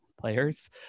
players